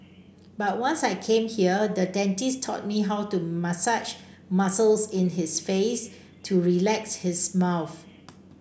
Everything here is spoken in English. but once I came here the dentist taught me how to massage muscles in his face to relax his mouth